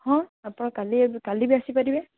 ହଁ ଆପଣ କାଲି ଏବେ କାଲି ବି ଆସିପାରିବେ